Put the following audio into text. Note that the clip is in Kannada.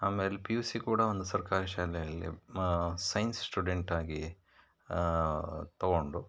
ಆಮೇಲೆ ಪಿ ಯು ಸಿ ಕೂಡ ಒಂದು ಸರ್ಕಾರಿ ಶಾಲೆಯಲ್ಲಿ ಸೈನ್ಸ್ ಸ್ಟೂಡೆಂಟಾಗಿ ತೊಗೊಂಡು